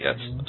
yes